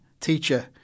Teacher